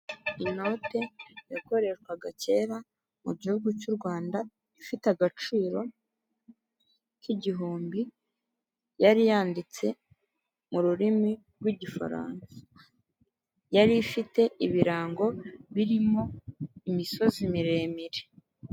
Inote yakoreshwaga kera mu gihugu cy'u Rwanda ifite agaciro k'igihumbi yari yanditse mu rurimi rw'igifaransa yari ifite ibirango birimo imisozi miremire.